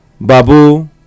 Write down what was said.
Babu